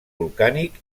volcànic